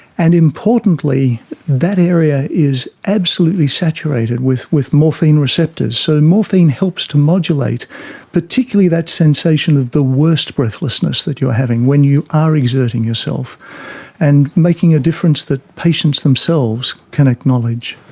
and importantly that area is absolutely saturated with with morphine receptors. so morphine helps to modulate particularly that sensation of the worst breathlessness that you are having when you are exerting yourself and making a difference that patients themselves can acknowledge.